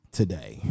today